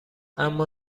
اما